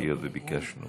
בבקשה.